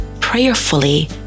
prayerfully